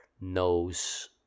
knows